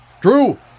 Drew